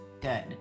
good